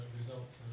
results